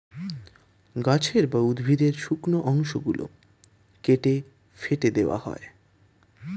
গাছের বা উদ্ভিদের শুকনো অংশ গুলো কেটে ফেটে দেওয়া হয়